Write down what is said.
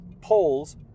poles